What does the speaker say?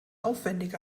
aufwendig